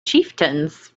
chieftains